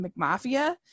McMafia